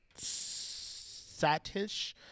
Satish